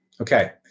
Okay